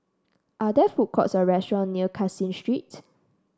are there food courts or restaurant near Caseen Street